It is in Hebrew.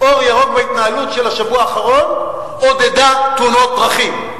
"אור ירוק" בהתנהלות של השבוע האחרון עודדה תאונות דרכים.